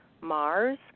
Mars